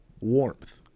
Warmth